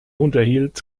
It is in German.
unterhielt